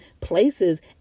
places